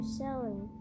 selling